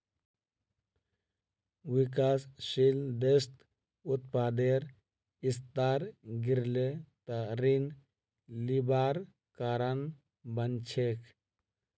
विकासशील देशत उत्पादेर स्तर गिरले त ऋण लिबार कारण बन छेक